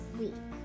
week